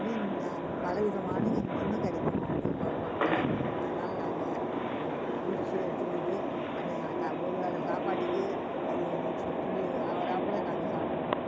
மீன் பலவிதமான மீனும் கிடைக்கும் அந்த கொ குளத்துல அதனால நாங்கள் பிடிச்சி எடுத்துனு வந்து அன்றைய க ஒரு வேளை சாப்பாட்டுக்கு அது பிடி ஆகராப்ல நாங்கள் சாப்பிடுவோம்